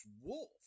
wolf